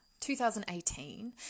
2018